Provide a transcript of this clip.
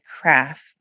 craft